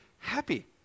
happy